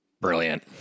brilliant